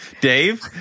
Dave